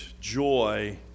joy